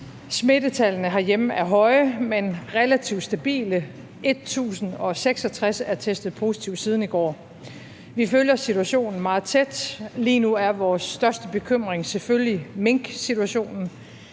smittetallene herhjemme er høje, men relativt stabile. 1.066 er testet positiv siden i går. Vi følger situationen meget tæt. Lige nu er vores største bekymring selvfølgelig minksituationen.